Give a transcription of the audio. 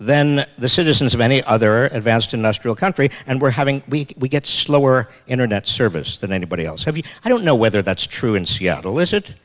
then the citizens of any other advanced industrial country and we're having we get slower internet service than anybody else have you i don't know whether that's true in seattle is it